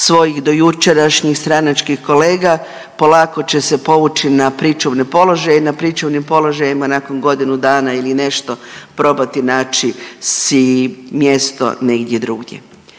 svojih dojučerašnjih stranačkih kolega polako će se povući na pričuvni položaj i pričuvnim položajima nakon godinu dana ili nešto probati naći si mjesto negdje drugdje.